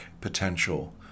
potential